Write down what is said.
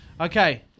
okay